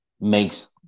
makes